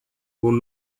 will